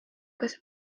kas